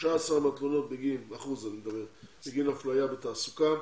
13 אחוזים בגין אפליה בתעסוקה,